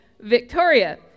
Victoria